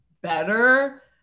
better